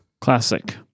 Classic